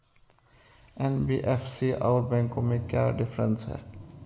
NBFC और बैंकों में क्या डिफरेंस है?